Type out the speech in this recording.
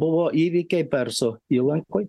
buvo įvykiai persų įlankoj